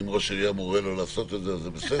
אם ראש העירייה מורה לו לעשות את זה, אז זה בסדר?